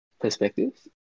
perspectives